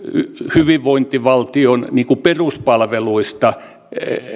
hyvinvointivaltion peruspalveluista